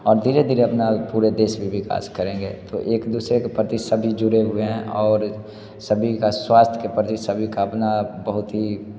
और धीरे धीरे अपना पुरे देश भी विकास करेगा तो एक दुसरे के प्रति सभी जुड़े हुए हैं और सभी का स्वास्थ्य के प्रति सभी का अपना बहुत ही